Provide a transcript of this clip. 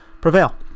prevail